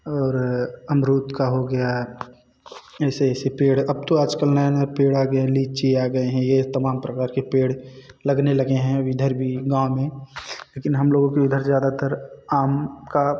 और अमरूद का हो गया ऐसे ऐसे पेड़ अब तो आजकल नए नए पेड़ आ गया है लीची आ गए हैं यह तमाम प्रकार के पेड़ लगने लगे हैं अब इधर भी गाँव में लेकिन हम लोगों के उधर ज़्यादातर आम का